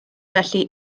felly